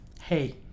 Hey